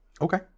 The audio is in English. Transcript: Okay